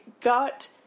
got